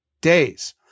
days